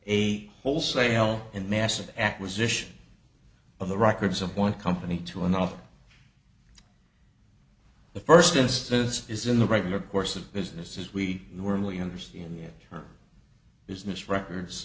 a wholesale and massive acquisition of the records of one company to another the first instance is in the regular course of business as we normally understood in the business records